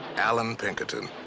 allan pinkerton.